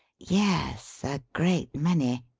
yes a great many,